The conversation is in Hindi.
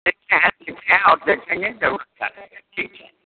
देखते हैं देखते हैं और देखेंगे ज़रूर ख्याल रहेगा ठीक है